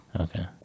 okay